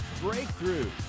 breakthrough